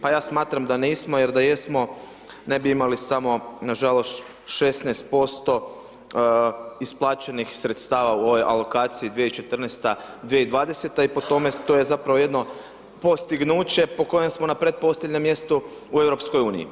Pa ja smatram da nismo jer da jesmo ne bi imali samo nažalost 16% isplaćenih sredstava u ovoj alokaciji 2014./2020. i po tome to je zapravo jedno postignuće po kojem smo na pretposljednjem mjestu u EU.